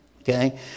Okay